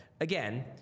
again